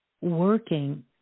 working